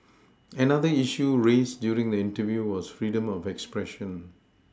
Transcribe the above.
another issue raised during the interview was freedom of expression